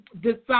decide